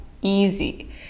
easy